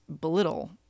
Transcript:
belittle